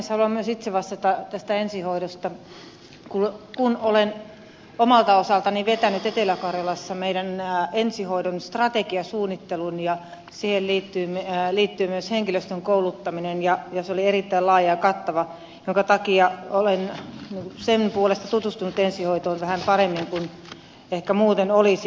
haluan myös itse vastata tästä ensihoidosta kun olen omalta osaltani vetänyt etelä karjalassa meidän ensihoidon strategiasuunnittelun ja siihen liittyy myös henkilöstön kouluttaminen ja se oli erittäin laaja ja kattava minkä takia olen sen puolesta tutustunut ensihoitoon vähän paremmin kuin ehkä muuten olisin